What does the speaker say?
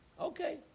Okay